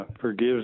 forgives